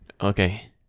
Okay